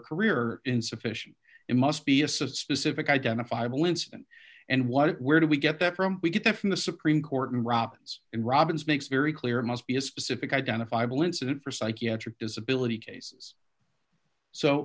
career insufficient it must be a specific identifiable incident and what it where do we get that from we get that from the supreme court and robins and robins makes very clear it must be a specific identifiable incident for psychiatric disability cases so